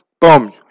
Boom